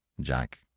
Jack